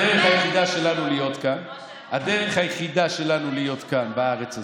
הדרך היחידה שלנו להיות כאן, בארץ הזאת,